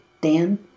Dan